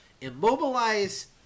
immobilize